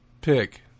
Pick